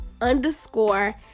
underscore